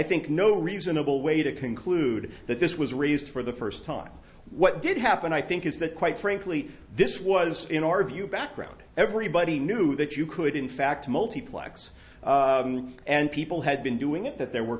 think no reasonable way to conclude that this was raised for the first time what did happen i think is that quite frankly this was in our view background everybody knew that you could in fact multiplex and people had been doing it that there were